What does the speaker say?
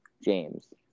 James